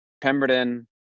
pemberton